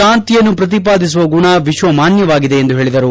ಶಾಂತಿಯನ್ನು ಪ್ರತಿಪಾದಿಸುವ ಗುಣ ವಿಶ್ವಮಾನ್ಯವಾಗಿದೆ ಎಂದು ಹೇಳಿದರು